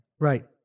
Right